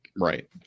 Right